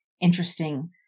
interesting